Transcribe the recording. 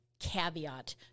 caveat